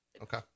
Okay